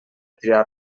tirar